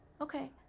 Okay